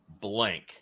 blank